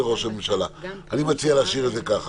אז כשיהיה חוק